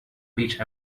beach